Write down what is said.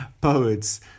poets